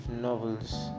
novels